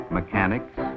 mechanics